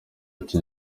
icyo